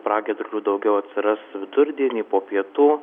pragiedrulių daugiau atsiras vidurdienį po pietų